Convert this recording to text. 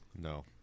no